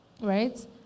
Right